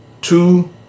Two